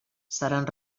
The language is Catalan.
seran